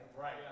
right